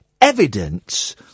evidence